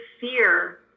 fear